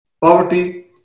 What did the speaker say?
poverty